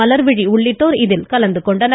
மலர்விழி உள்ளிட்டோர் இதில் கலந்து கொண்டனர்